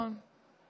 אז